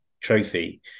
trophy